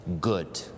good